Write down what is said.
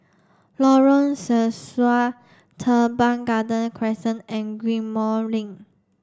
Lorong Sesuai Teban Garden Crescent and Ghim Moh Link